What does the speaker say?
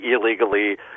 illegally